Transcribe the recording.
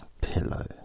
pillow